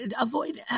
avoid